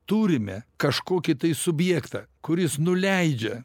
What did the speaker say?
turime kažkokį tai subjektą kuris nuleidžia